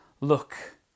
look